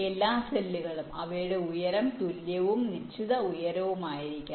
എല്ലാ സെല്ലുകളും അവയുടെ ഉയരം തുല്യവും നിശ്ചിത ഉയരവും ആയിരിക്കണം